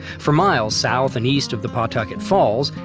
for miles south and east of the pawtucket falls,